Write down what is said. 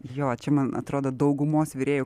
jo čia man atrodo daugumos virėjų